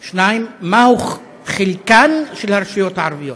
2. מה חלקן של הרשויות הערביות?